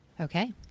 Okay